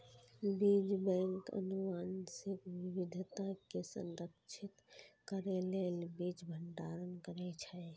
बीज बैंक आनुवंशिक विविधता कें संरक्षित करै लेल बीज भंडारण करै छै